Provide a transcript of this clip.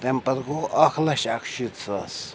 تمۍ پَتہٕ گوٚو اَکھ لَچھ اَکہٕ شیٖتھ ساس